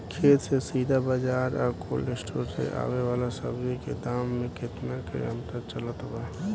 खेत से सीधा बाज़ार आ कोल्ड स्टोर से आवे वाला सब्जी के दाम में केतना के अंतर चलत बा?